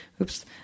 oops